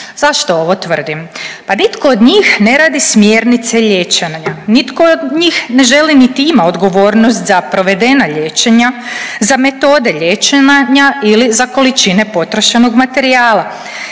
Zašto ovo tvrdim? Pa nitko od njih ne radi smjernice liječenja, nitko od njih ne želi, niti ima odgovornost za provedena liječenja, za metode liječenja ili za količine potrošenog materijala.